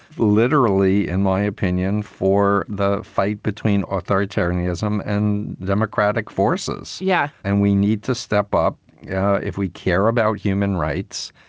literally, in my opinion, for the fight between authoritarianism and democratic forces. yes. yeah and we need to step up if we care about human rights.